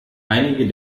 einige